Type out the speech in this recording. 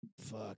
fuck